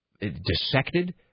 dissected